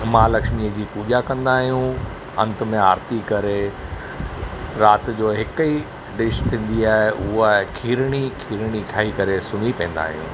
मां लक्ष्मीअ जी पूॼा कंदा आहियूं अंत में आरती करे रात जो हिकु ई डिश थींदी आहे उहा आहे खीरिणी खीरिणी खाई करे सुम्ही पईंदा आहियूं